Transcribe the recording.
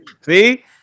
See